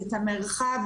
את המרחב,